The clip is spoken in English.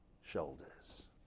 shoulders